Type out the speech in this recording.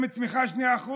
אם הצמיחה היא 2%,